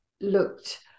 looked